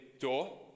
door